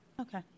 Okay